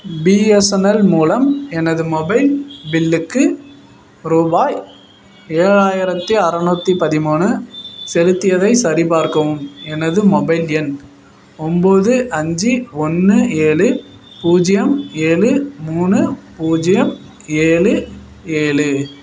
BSNL மூலம் எனது mobile பில்லுக்கு ரூபாய் ஏழாயிரத்தி அறநூற்றி பதிமூணு செலுத்தியதை சரிபார்க்கவும் எனது மொபைல் எண் ஒம்பது அஞ்சு ஒன்று ஏழு பூஜ்ஜியம் ஏழு மூணு பூஜ்ஜியம் ஏழு ஏழு